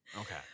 Okay